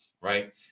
right